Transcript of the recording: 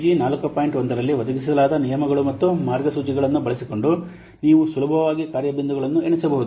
1 ರಲ್ಲಿ ಒದಗಿಸಲಾದ ನಿಯಮಗಳು ಮತ್ತು ಮಾರ್ಗಸೂಚಿಗಳನ್ನು ಬಳಸಿಕೊಂಡು ನೀವು ಸುಲಭವಾಗಿ ಕಾರ್ಯ ಬಿಂದುಗಳನ್ನು ಎಣಿಸಬಹುದು